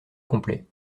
complet